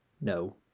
No